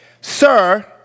Sir